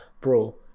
bro